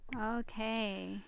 Okay